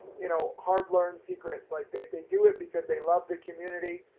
you know, hard learned secrets. like they do it because they love the community.